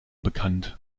bekannt